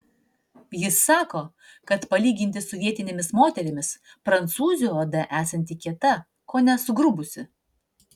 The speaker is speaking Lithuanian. jis sako kad palyginti su vietinėmis moterimis prancūzių oda esanti kieta kone sugrubusi